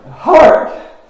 Heart